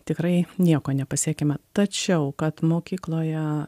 tikrai nieko nepasiekiama tačiau kad mokykloje